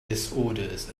disorders